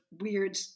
weird